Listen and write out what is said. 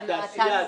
מהתעשיות.